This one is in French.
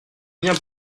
bien